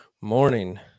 morning